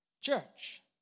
church